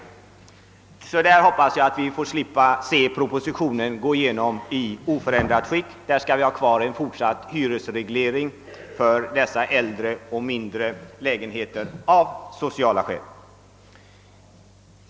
På den punkten hoppas jag alltså att vi får slippa se förslagen i propositionen gå igenom i oförändrat skick, utan där anser jag att vi bör ha kvar hyresregleringen för dessa äldre och mindre lägenheter av sociala skäl.